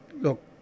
look